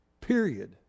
period